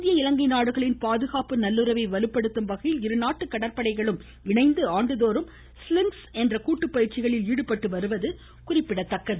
இந்திய இலங்கை நாடுகளின் பாதுகாப்பு நல்லுறவை வலுப்படுத்தும் வகையில்இருநாட்டு கடற்படையும் இணைந்து ஆண்டுதோறும் ளுடுஐஒே என்ற கூட்டுப் பயிற்சிகளில் ஈடுபட்டு வருவது குறிப்பிடத் தக்கது